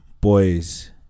boys